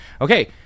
Okay